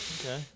Okay